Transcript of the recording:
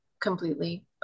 completely